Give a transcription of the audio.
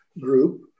group